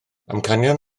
amcanion